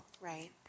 Right